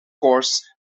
course